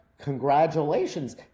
congratulations